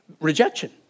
rejection